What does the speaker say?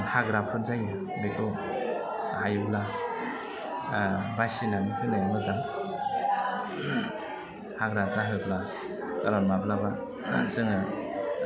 हाग्राफोर जायो बेखौ हायोब्ला बासिनानै होनाया मोजां हाग्रा जाहोब्ला खार'न माब्लाबा जोङो